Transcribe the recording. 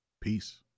Peace